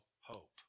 hope